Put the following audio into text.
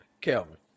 Kelvin